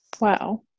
Wow